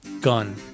gun